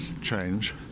change